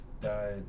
died